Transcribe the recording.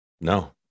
No